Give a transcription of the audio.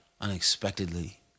unexpectedly